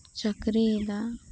ᱪᱟᱠᱨᱤᱭ ᱫᱟ